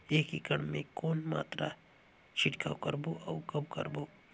एक एकड़ मे के कौन मात्रा छिड़काव करबो अउ कब करबो?